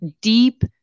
deep